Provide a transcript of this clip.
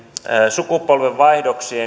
sukupolvenvaihdoksia